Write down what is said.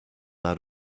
out